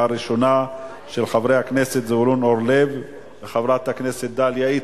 של חבר הכנסת זבולון אורלב וחברת הכנסת דליה איציק,